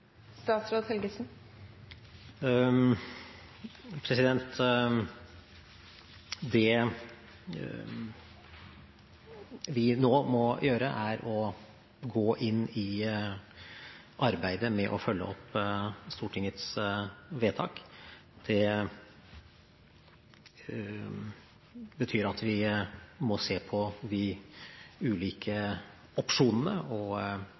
Det vi nå må gjøre, er å gå inn i arbeidet med å følge opp Stortingets vedtak. Det betyr at vi må se på de ulike opsjonene og